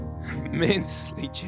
immensely